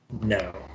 No